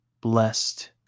blessed